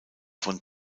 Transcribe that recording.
von